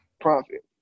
profit